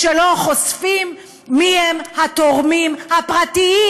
כשלא חושפים מי הם התורמים הפרטיים,